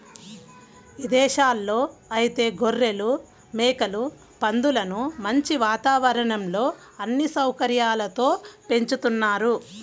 ఇదేశాల్లో ఐతే గొర్రెలు, మేకలు, పందులను మంచి వాతావరణంలో అన్ని సౌకర్యాలతో పెంచుతున్నారు